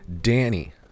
Danny